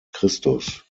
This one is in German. christus